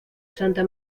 santa